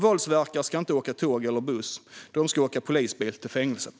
Våldsverkare ska inte åka tåg eller buss, utan de ska åka polisbil till fängelset.